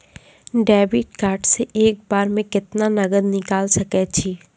Debit card से एक बार मे केतना नगद निकाल सके छी?